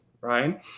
right